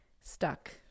stuck